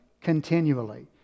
continually